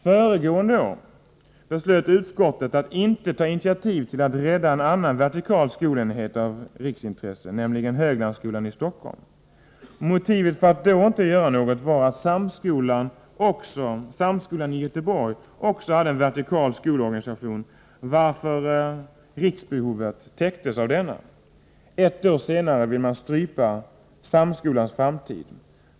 Föregående år beslöt utskottet att inte ta initiativ till att rädda en annan vertikal skolenhet av riksintresse, nämligen Höglandsskolan i Stockholm. Motivet för att då inte göra något var att Samskolan i Göteborg också hade en vertikal skolorganisation, varför ”riksbehovet” täcktes av denna. Ett år senare vill man strypa Samskolans framtid.